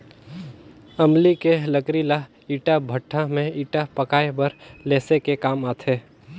अमली के लकरी ल ईटा भट्ठा में ईटा पकाये बर लेसे के काम आथे